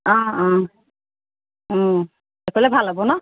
অ অ অ সেইফালে ভাল হ'ব ন'